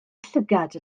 llygad